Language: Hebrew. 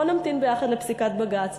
בואו נמתין ביחד לפסיקת בג"ץ,